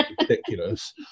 ridiculous